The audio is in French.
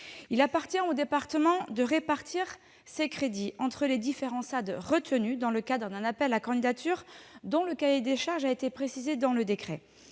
Il appartient aux départements de répartir ces crédits entre les SAAD retenus dans le cadre d'un appel à candidatures et dont le cahier des charges a été précisé dans le décret.